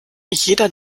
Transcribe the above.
jeder